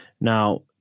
Now